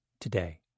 today